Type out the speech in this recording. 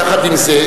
יחד עם זה,